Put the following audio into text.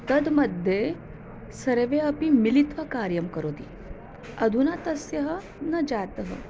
तत् मध्ये सर्वे अपि मिलित्वा कार्यं करोति अधुना तस्य न जातः